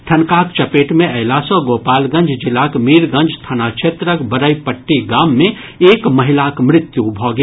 ठनकाक चपेट मे अयला सँ गोपालगंज जिलाक मीरगंज थाना क्षेत्रक बड़ईपट्टी गाम मे एक महिलाक मृत्यु भऽ गेल